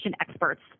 experts